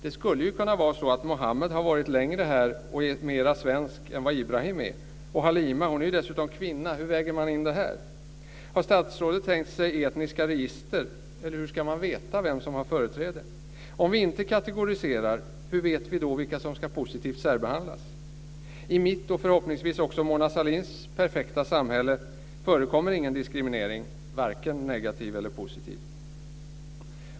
Det skulle ju kunna vara så att Muhammed har varit här längre och är mer svensk än Ibrahim är. Och Halima är dessutom kvinna, hur väger man in det? Har statsrådet tänkt sig etniska register, eller hur ska man veta vem som har företräde? Om vi inte kategoriserar, hur vet vi då vilka som ska positivt särbehandlas? I mitt och förhoppningsvis också Mona Sahlins perfekta samhälle förekommer ingen diskriminering, vare sig negativ eller positiv.